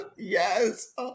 Yes